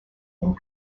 and